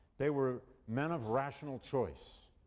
they were men of rational choice,